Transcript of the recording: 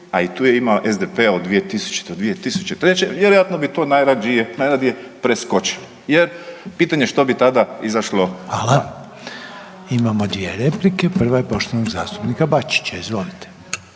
a i tu je imao SDP-a od 2000.-2003. vjerojatno bi to najradije preskočio jer pitanje što bi tada izašlo van. **Reiner, Željko (HDZ)** Hvala. Imamo dvije replike, prva je poštovanog zastupnika Bačića. Izvolite.